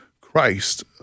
Christ